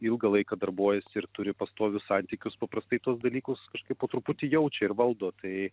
ilgą laiką darbuojasi ir turi pastovius santykius paprastai tuos dalykus kažkaip po truputį jaučia ir valdo tai